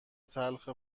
تلخ